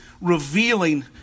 revealing